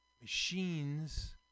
Machines